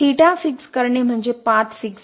theta fix करणे म्हणजे path fix करणे